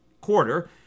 quarter